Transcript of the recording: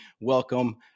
welcome